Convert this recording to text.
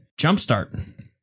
Jumpstart